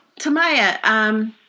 Tamaya